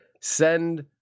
send